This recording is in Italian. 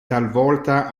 talvolta